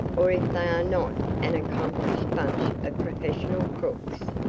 or if they are not an accomplished bunch of professional crooks.